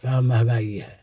सब महँगा ही है